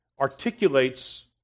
articulates